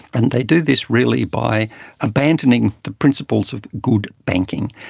and they do this really by abandoning the principles of good banking.